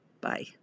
Bye